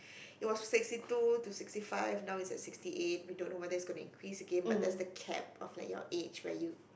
it was sixty two to sixty five now it's at sixty eight we don't know whether it's going to increase again but that's the cap of like your age